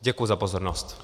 Děkuji za pozornost.